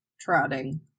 trotting